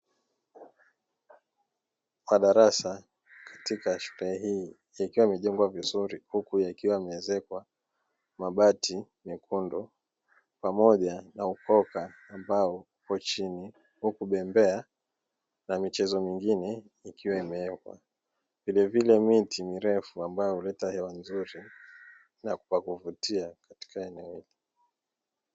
Madarasa katika shule hii ikiwa imejengwa vizuri huku yakiwa yameezekwa mabati mekundu pamoja na ukoka ambao upo chini huku bembea na michezo mengine ikiwa imewekwa, vilevile miti mirefu ambayo huleta hewa nzuri ila kwa kuvutia katika eneo hili.